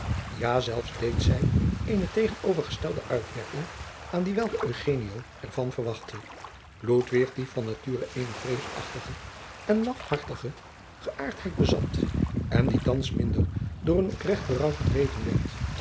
ja zelfs deed zij eene tegenovergestelde uitwerking aan die welke eugenio er van verwachtte ludwig die van nature eene vreesachtige en lafhartige geäartheid bezat en die thands minder door een oprecht berouw gedreven werd